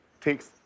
takes